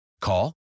Call